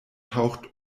taucht